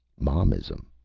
momism,